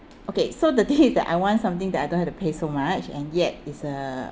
okay so the thing is that I want something that I don't have to pay so much and yet is a